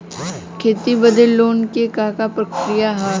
खेती बदे लोन के का प्रक्रिया ह?